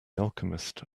alchemist